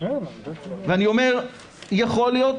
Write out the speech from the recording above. יכול להיות